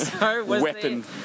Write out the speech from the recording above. weapon